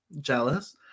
Jealous